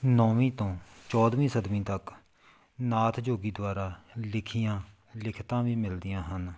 ਨੌਵੀਂ ਤੋਂ ਚੌਦਵੀਂ ਸਦੀ ਤੱਕ ਨਾਥ ਜੋਗੀ ਦੁਆਰਾ ਲਿਖੀਆਂ ਲਿਖਤਾਂ ਵੀ ਮਿਲਦੀਆਂ ਹਨ